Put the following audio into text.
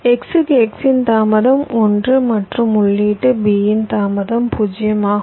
X க்கு x இன் தாமதம் 1 மற்றும் உள்ளீட்டு b இன் தாமதம் 0 ஆகும்